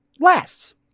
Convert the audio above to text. lasts